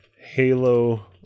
Halo